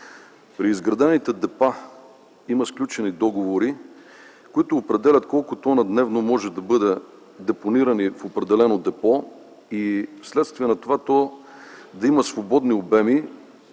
При изградените депа има сключени договори, които определят колко тона дневно могат да бъдат депонирани в определено депо и в следствие на това то да има свободни обеми